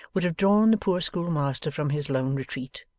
would have drawn the poor schoolmaster from his lone retreat,